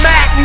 Mac